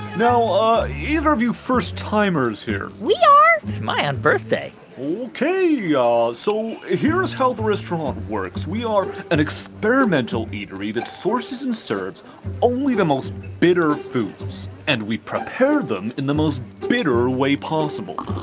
now, either of you first-timers here? we are it's my unbirthday ok. yeah ah so here is how the restaurant works. we are an experimental eatery that sources and serves only the most bitter foods. and we prepare them in the most bitter way possible